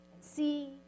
see